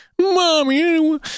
Mommy